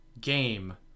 game